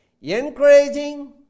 Encouraging